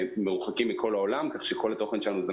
מרוחקים מכל העולם כך שכל התוכן שלנו הוא,